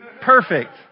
perfect